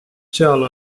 seal